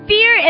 Fear